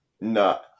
no